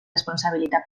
responsabilitat